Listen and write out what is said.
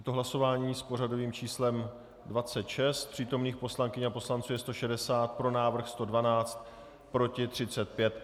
Je to hlasování s pořadovým číslem 26, přítomných poslankyň a poslanců je 160, pro návrh 112, proti 35.